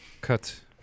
cut